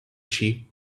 sheep